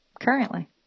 currently